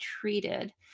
treated